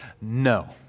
No